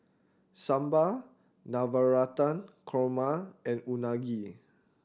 Sambar Navratan Korma and Unagi